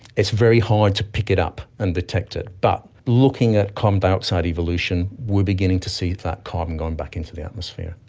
it's very hard to pick it up and detect it. but looking at carbon dioxide evolution we are beginning to see that carbon going back into the atmosphere.